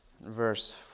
verse